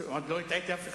עוד לא הטעיתי אף אחד.